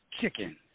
chicken